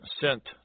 sent